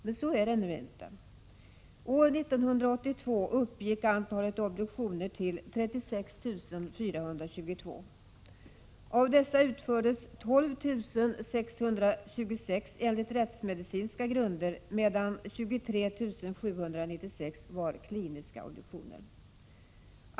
Men så är det nu inte. År 1982 uppgick antalet obduktioner till 36 422. Av dessa utfördes 12 626 enligt rättsmedicinska grunder, medan 23 796 var kliniska obduktioner.